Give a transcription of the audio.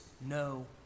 no